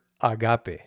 agape